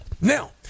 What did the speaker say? now